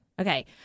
Okay